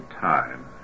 time